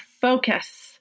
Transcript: focus